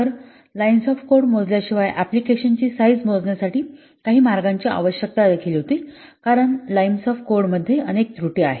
तर lines of code मोजल्याशिवाय application ची साईझ मोजण्यासाठी काही मार्गांची आवश्यकता देखील होती कारण लाईन्स ऑफ कोड मध्ये अनेक त्रुटी आहेत